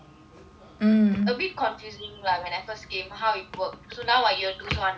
a bit confusing lah when I first came how it works so now I year two so I understand a bit better